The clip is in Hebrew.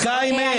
עם פוליטיקאים אין?